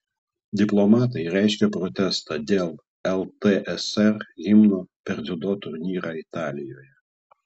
diplomatai reiškia protestą dėl ltsr himno per dziudo turnyrą italijoje